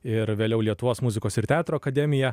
ir vėliau lietuvos muzikos ir teatro akademiją